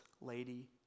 lady